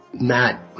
Matt